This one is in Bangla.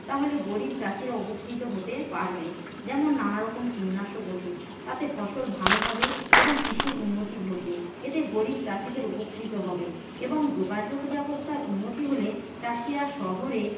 তাহলে গরীব চাষীরা উপকৃত হতে পারবে যেমন নানারকম কীটনাশক ওষুধ তাতে ফসল ভালো হবে এবং কৃষির উন্নতি ঘটবে এতে গরিব চাষীদের উপকৃত হবে এবং যোগাযোগ ব্যবস্থার উন্নতি হলে চাষীরা শহরে